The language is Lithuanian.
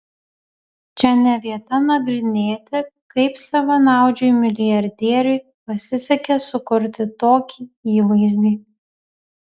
čia ne vieta nagrinėti kaip savanaudžiui milijardieriui pasisekė sukurti tokį įvaizdį